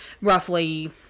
roughly